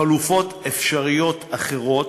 חלופות אפשריות אחרות,